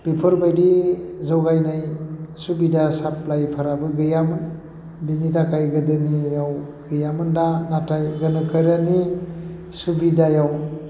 बेफोरबायदि जगायनाय सुबिदा साफ्लायफोराबो गैयामोन बेनिथाखाय गोदोनियाव गैयामोन दा नाथाय गोनोखोनि सुबिदायाव